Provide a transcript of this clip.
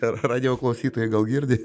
ir radijo klausytojai gal girdi